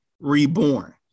reborn